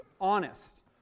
honest